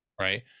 right